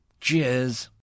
Cheers